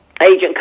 Agent